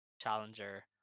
challenger